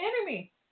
enemy